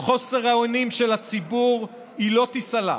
חוסר האונים של הציבור לא תיסלח.